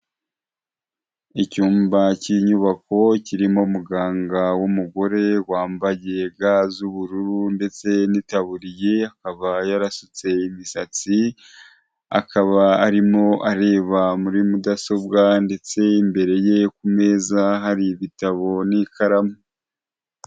Icyumba cy'inyubako kirimo muganga w'umugore wambaye ga z'ubururu ndetse n'itaburiya akaba yarasutse imisatsi, akaba arimo areba muri mudasobwa ndetse imbere ye ku meza hari ibitabo n'ikaramu.